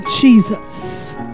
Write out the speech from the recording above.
jesus